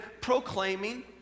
proclaiming